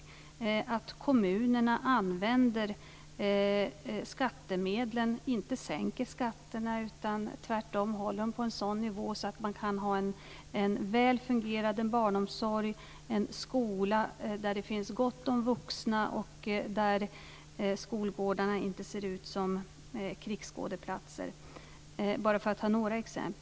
Det börjar med att kommunerna använder skattemedlen, att man inte sänker skatterna utan tvärtom håller dem på en sådan nivå att man kan ha en väl fungerande barnomsorg, en skola där det finns gott om vuxna och där skolgårdarna inte ser ut som krigsskådeplatser, bara för att ta några exempel.